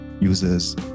users